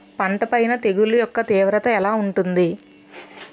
పంట పైన తెగుళ్లు యెక్క తీవ్రత ఎలా ఉంటుంది